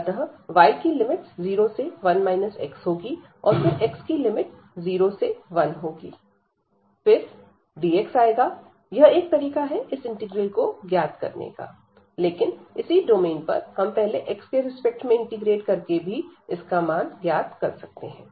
अतः y की limit 0 से 1 x होंगी और फिर x की लिमिट 0 से 1 होगी फिर dx आएगा यह एक तरीका है इस इंटीग्रल को ज्ञात करने का लेकिन इसी डोमेन पर हम पहले x के रिस्पेक्ट में इंटीग्रेट करके भी इस का मान ज्ञात कर सकते हैं